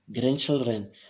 grandchildren